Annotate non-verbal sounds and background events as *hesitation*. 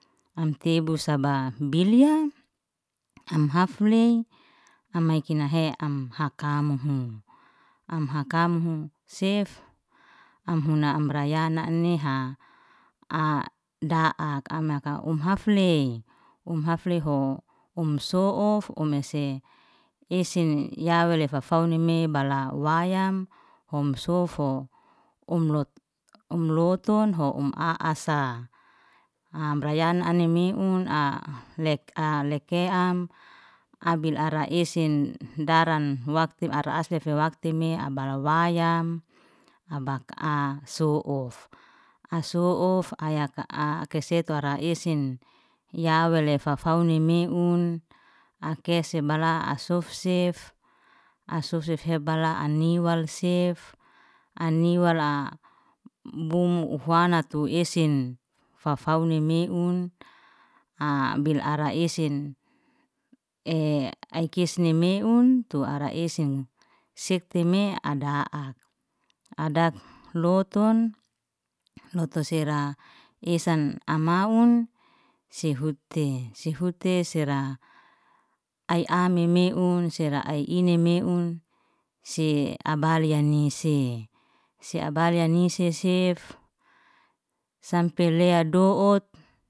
Am tebu saba bilya am haflei amai kinahe am hakamuhu, am hakamhu sef, am huna amra yana niha a- d'ak amaka um hafley, um hafleho, um so'uf umse esen ya wale fafauna neme bala wayam hom sofo, um lot um lotunho um a'asa, amra yana ani meun *hesitation* leke'am abil ara esen daran waktem ara asefe wakteme abala wayam abaka'a so'uf, ai so'uf ayaka'a keseto ara esen ya wele fafauni meun, akese bala as sofsef, as sofsef hebala aniwal sef, aniwal *hesitation* bung wanatu esen faufani meun *hesitation* abil ara esen. *hesitation* aikisni meun tu ara esen. Sekte me ada'ak ada lotu, lotu sera esen amaun sehute, sehute sera ai ai ame meun sera ai ini meun, se abalya nise, sei ablya ni sefsef sampe lea do'ot.